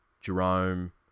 Jerome